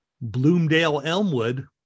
Bloomdale-Elmwood